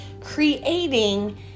creating